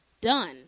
done